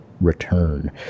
return